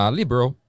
liberal